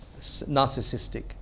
narcissistic